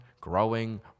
growing